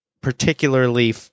particularly